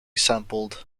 sampled